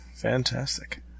Fantastic